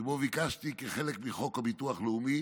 שבה ביקשתי, כחלק מחוק הביטוח הלאומי,